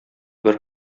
бер